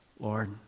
Lord